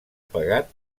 pegat